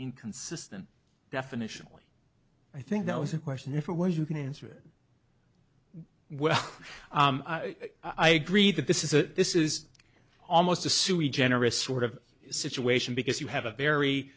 inconsistent definitional i think that was in question if it was you can answer it well i agree that this is a this is almost a sui generous sort of situation because you have a very